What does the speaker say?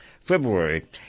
February